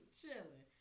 chilling